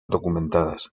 documentadas